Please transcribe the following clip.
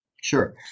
Sure